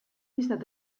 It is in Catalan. llistat